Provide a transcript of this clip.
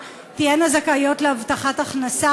אני מזמינה את חברת הכנסת זהבה גלאון להציג לנו את הצעת חוק הבטחת הכנסה